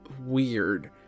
weird